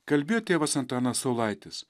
kalbėjo tėvas antanas saulaitis